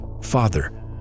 father